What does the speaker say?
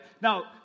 Now